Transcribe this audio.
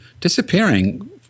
disappearing